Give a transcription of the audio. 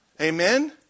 Amen